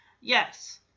Yes